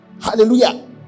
Hallelujah